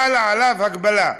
חלה עליו הגבלה,